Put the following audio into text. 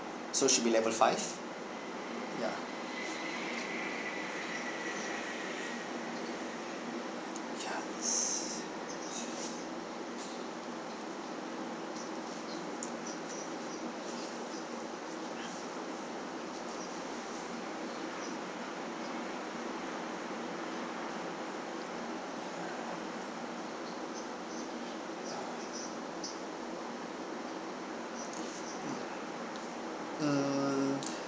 so should be level five ya yes mm